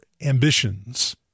ambitions